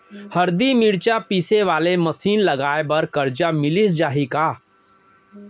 हरदी, मिरचा पीसे वाले मशीन लगाए बर करजा मिलिस जाही का?